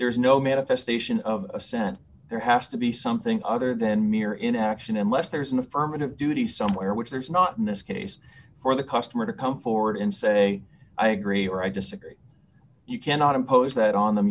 there's no manifestation of assent there has to be something other than mere inaction unless there's an affirmative duty somewhere which there is not in this case for the customer to come forward and say i agree or i disagree you cannot impose that on them